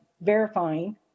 verifying